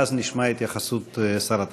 ואז נשמע התייחסות שר התחבורה.